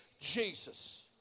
Jesus